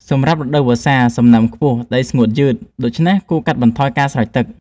សម្រាប់រដូវវស្សា សំណើមខ្ពស់ ដីស្ងួតយឺត ដូច្នេះគួរកាត់បន្ថយការស្រោចទឹក។